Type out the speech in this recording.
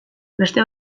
beste